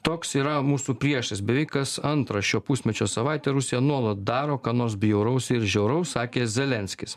toks yra mūsų priešas beveik kas antrą šio pusmečio savaitę rusija nuolat daro ką nors bjauraus ir žiauraus sakė zelenskis